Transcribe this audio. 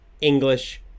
English